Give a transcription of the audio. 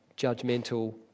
judgmental